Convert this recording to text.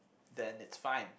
then it's fine